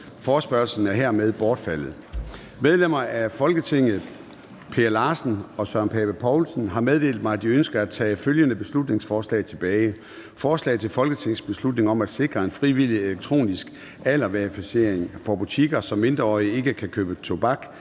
Forespørgslen er hermed bortfaldet. Medlemmer af Folketinget Per Larsen (KF) og Søren Pape Poulsen (KF) har meddelt mig, at de ønsker at tage følgende beslutningsforslag tilbage: Forslag til folketingsbeslutning om at sikre en frivillig elektronisk aldersverificering for butikker, så mindreårige ikke kan købe tobak,